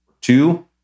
Two